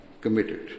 committed